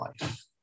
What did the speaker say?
life